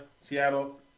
Seattle